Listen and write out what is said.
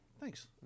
Thanks